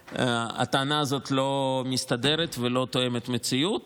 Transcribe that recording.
הטענה הזאת לא מסתדרת ולא תואמת את המציאות,